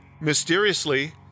mysteriously